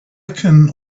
can